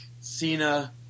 Cena